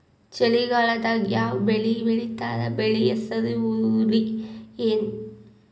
ಚಳಿಗಾಲದಾಗ್ ಯಾವ್ ಬೆಳಿ ಬೆಳಿತಾರ, ಬೆಳಿ ಹೆಸರು ಹುರುಳಿ ಏನ್?